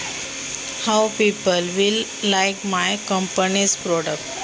माझ्या कंपनीचे प्रॉडक्ट कसे आवडेल लोकांना?